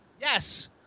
Yes